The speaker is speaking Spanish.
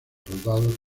soldados